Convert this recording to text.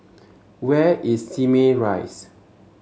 where is Simei Rise